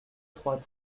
trois